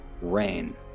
Rain